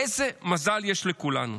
איזה מזל יש לכולנו.